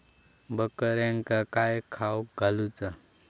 बकऱ्यांका काय खावक घालूचा?